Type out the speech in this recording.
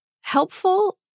helpful